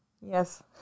Yes